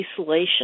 isolation